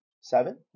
Seven